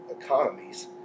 economies